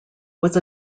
was